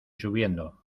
subiendo